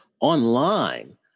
online